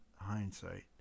hindsight